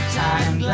time